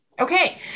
Okay